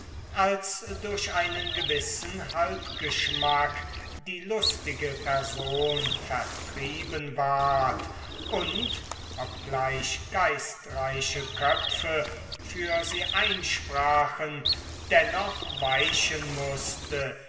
als durch einen gewissen halbgeschmack die lustige person vertrieben ward und obgleich geistreiche köpfe für sie einsprachen dennoch weichen mußte